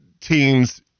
teams